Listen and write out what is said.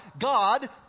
God